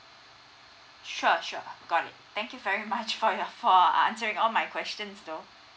sure sure got it thank you very much for your call uh answering all my questions though